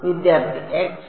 വിദ്യാർത്ഥി എക്സ്